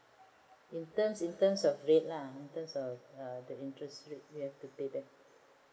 in terms in terms of rate lah in terms of the interest rate lah you have to pay that